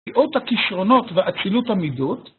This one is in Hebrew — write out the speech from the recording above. ‫מיעוט הכישרונות ואצילות המידות.